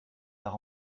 par